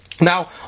Now